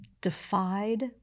defied